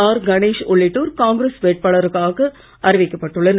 R Ganesh உள்ளிட்டோர் காங்கிரஸ் வேட்பாளர்களாக அறிவிக்கப்பட்டுள்ளனர்